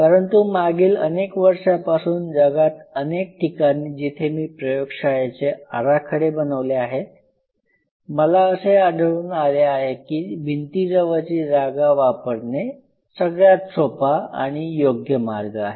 परंतु मागील अनेक वर्षापासून जगात अनेक ठिकाणी जिथे मी प्रयोगशाळेचे आराखडे बनवले आहेत मला असे आढळून आले आहे की भिंती जवळची जागा वापरणे हा सगळ्यात सोपा आणि योग्य मार्ग आहे